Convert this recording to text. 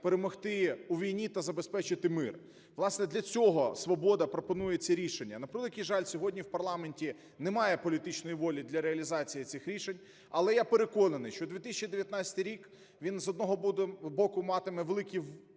перемогти у війні та забезпечити мир. Власне, для цього "Свобода" пропонує ці рішення. На превеликий жаль, сьогодні в парламенті немає політичної волі для реалізації цих рішень. Але я переконаний, що 2019 рік він, з одного боку, матиме великі